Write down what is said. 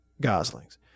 goslings